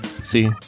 See